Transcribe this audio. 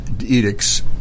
edicts